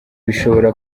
bishobora